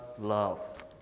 love